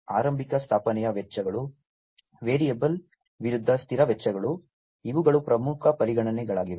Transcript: ಆರಂಭಿಕ ಸ್ಥಾಪನೆಯ ವೆಚ್ಚಗಳು ವೇರಿಯಬಲ್ ವಿರುದ್ಧ ಸ್ಥಿರ ವೆಚ್ಚಗಳು ಇವುಗಳು ಪ್ರಮುಖ ಪರಿಗಣನೆಗಳಾಗಿವೆ